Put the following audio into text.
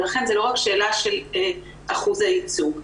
ולכן זו לא רק שאלה של אחוז הייצוג.